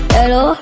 Hello